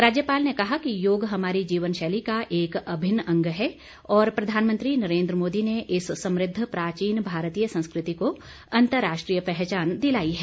राज्यपाल ने कहा कि योग हमारी जीवन शैली का एक अभिन्न अंग है और प्रधानमंत्री नरेन्द्र मोदी ने इस समृद्ध प्राचीन भारतीय संस्कृति को अंतर्राष्ट्रीय पहचान दिलाई है